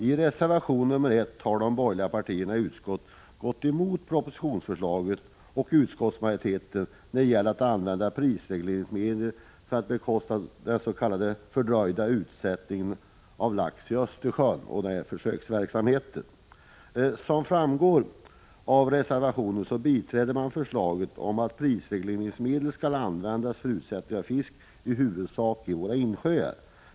I reservation 1 har de borgerliga partierna i utskottet gått emot propositionsförslaget och utskottsmajoritetens förslag när det gäller att använda prisregleringsmedel för att bekosta den s.k. fördröjda utsättningen av lax i Östersjön och försöksverksamheten i samband därmed. Som framgår av reservationen biträder man förslaget om att prisregleringsmedel skall användas för utsättning av fisk i huvudsak i våra insjöar.